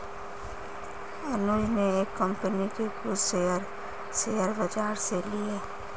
अनुज ने एक कंपनी के कुछ शेयर, शेयर बाजार से लिए